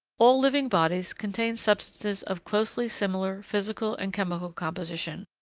all living bodies contain substances of closely similar physical and chemical composition,